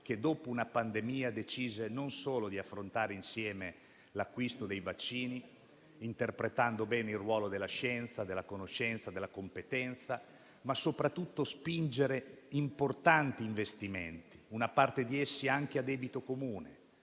che, dopo una pandemia, decise non solo di affrontare insieme l'acquisto dei vaccini, interpretando bene il ruolo della scienza, della conoscenza, della competenza, ma soprattutto di spingere importanti investimenti, una parte di essi anche a debito comune.